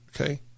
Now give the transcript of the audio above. okay